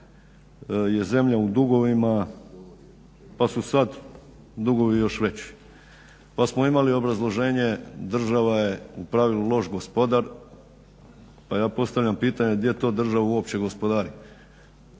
je zemlja u dugovima, pa su sad dugovi još veći. Pa smo imali obrazloženje država je u pravilu loš gospodar, pa ja postavljam pitanje gdje to država uopće gospodari?